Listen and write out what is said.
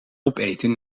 opeten